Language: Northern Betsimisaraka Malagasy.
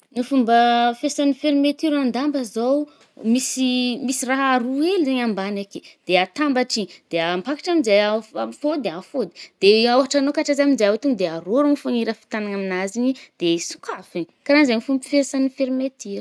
Ny fomba fesagn’ny fermeture an-damba zao o, misy misy rahahà ro hely zagny ake de atambatry i, de ampakatry aminje af-ampifa de ampifôdy. De ôhatra agnôkatra azy aminjeo tô de arôrogny fô i raha fitanagny aminazy igny i, de sokafy, karaha zaigny fôgny fiasan’ny fermeture.